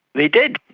they did!